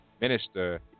minister